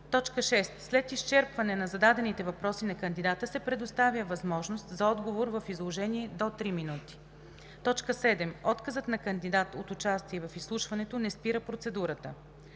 6. След изчерпване на зададените въпроси на кандидата се предоставя възможност за отговор в изложение до 3 минути. 7. Отказът на кандидат от участие в изслушването не спира процедурата.